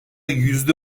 yüzde